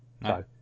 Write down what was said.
No